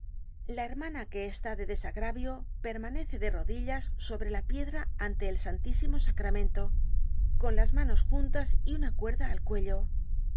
la hermana que está de desagravio permanece de rodillas sobre la piedra ante el santísimo sacramento con las manos juntas y una cuerda al cuello